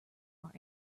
are